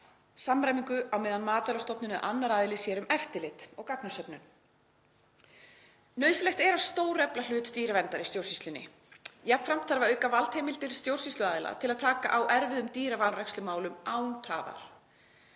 samræmingu á meðan Matvælastofnun eða annar aðili sér um eftirlit og gagnasöfnun. Nauðsynlegt er að stórefla hlut dýraverndar í stjórnsýslunni. Jafnframt þarf að auka valdheimildir stjórnsýsluaðila til að taka á erfiðum dýravanrækslumálum án tafar.